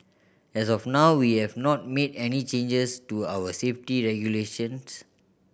as of now we have not made any changes to our safety regulations